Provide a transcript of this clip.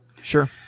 sure